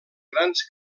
grans